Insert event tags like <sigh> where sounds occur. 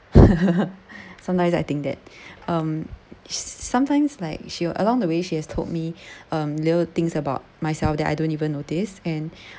<laughs> sometimes I think that um sometimes like she along the way she has told me um little things about myself that I don't even notice and